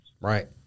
Right